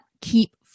keep